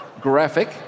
graphic